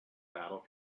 battle